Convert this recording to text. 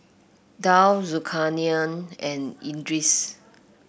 Daud Zulkarnain and Idris